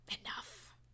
Enough